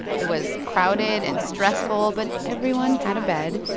it was crowded and stressful, but everyone had a bed.